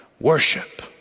worship